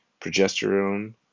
Progesterone